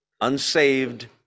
unsaved